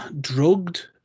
drugged